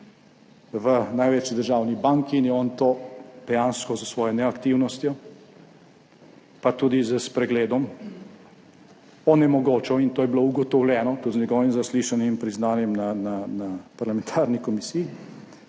v največji državni banki, in je on to dejansko s svojo neaktivnostjo, pa tudi s spregledom onemogočal, in to je bilo ugotovljeno tudi z njegovim zaslišanjem in priznanjem na parlamentarni komisiji